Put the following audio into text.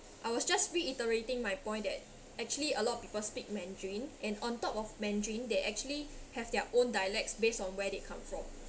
I was just reiterating my point that actually a lot of people speak mandarin and on top of mandarin they actually have their own dialects based on where they come from